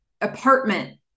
apartment